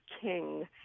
King